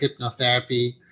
hypnotherapy